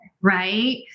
right